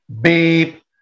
beep